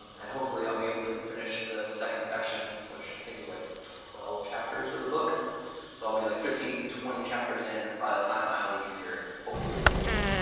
and hopefully, i'll be able to finish the second section which i think is like twelve chapters of the book so i'll be like fifteen twenty chapters in by the time i leave here hopefully, hopefully.